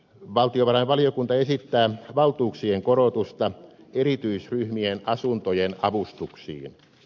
valtiovarainvaliokunta esittää valtuuksien korotusta erityisryhmien asuntojen avustuksiin